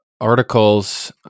articles